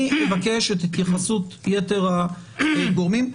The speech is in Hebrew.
אני מבקש את ההתייחסות יתר הגורמים.